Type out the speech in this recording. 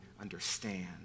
understand